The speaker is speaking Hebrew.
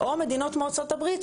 או מדינות כמו ארצות הברית,